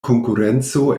konkurenco